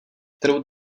kterou